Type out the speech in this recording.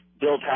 Bill